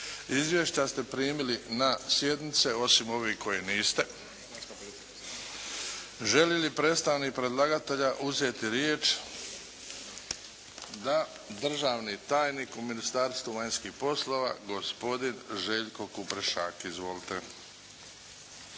Izvješća ste primili na sjednice, osim ovih koje niste. Želi li predstavnik predlagatelja uzeti riječ? Da. Državni tajnik u Ministarstvu vanjskih poslova, gospodin Željko Kuprešak. Izvolite.